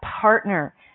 partner